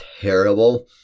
terrible